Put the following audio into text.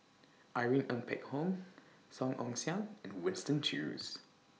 Irene Ng Phek Hoong Song Ong Siang and Winston Choos